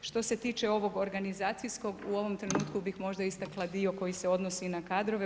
Što se tiče ovog organizacijskog, u ovom trenutku bih možda istakla dio koji se odnosi na kadrove.